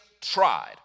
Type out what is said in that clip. Tried